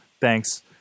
Thanks